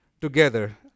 together